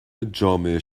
جامعه